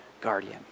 guardian